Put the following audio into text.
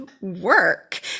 work